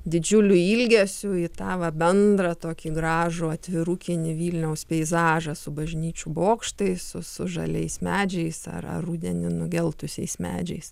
didžiuliu ilgesiu į tą va bendrą tokį gražų atvirukinį vilniaus peizažą su bažnyčių bokštais su su žaliais medžiais ar ar rudenį nugeltusiais medžiais